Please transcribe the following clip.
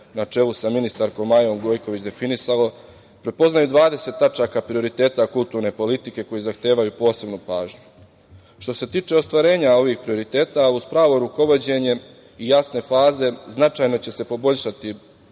na čelu sa ministarkom Majom Gojković, definisalo prepoznaju 20 tačaka prioriteta kulturne politike koji zahtevaju posebnu pažnju. Što se tiče ostvarenja ovih prioriteta, uz pravo rukovođenje i jasne faze, značajno će se poboljšati